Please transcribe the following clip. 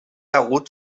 hagut